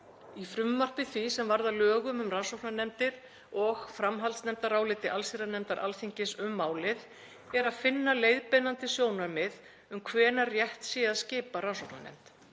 Í frumvarpi því sem varð að lögum um rannsóknarnefndir og framhaldsnefndaráliti allsherjarnefndar Alþingis um málið er að finna leiðbeinandi sjónarmið um hvenær rétt sé að skipa rannsóknarnefnd.